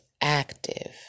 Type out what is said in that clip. active